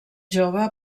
jove